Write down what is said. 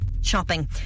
shopping